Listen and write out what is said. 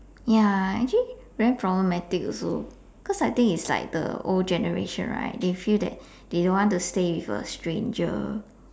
ya actually very problematic also cause I think it's like the old generation right they feel that they don't want to stay with a stranger